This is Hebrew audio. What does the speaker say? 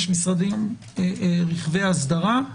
יש משרדים רחבי אסדרה,